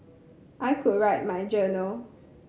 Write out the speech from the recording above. I could write in my journal